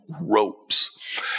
ropes